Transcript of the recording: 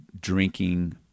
drinking